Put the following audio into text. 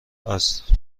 است